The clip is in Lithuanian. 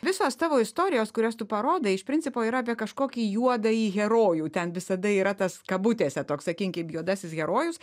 visos tavo istorijos kurios tu parodai iš principo yra apie kažkokį juodąjį herojų ten visada yra tas kabutėse toks sakynkim juodasis herojus